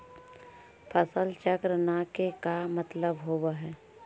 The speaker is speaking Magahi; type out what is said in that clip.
फसल चक्र न के का मतलब होब है?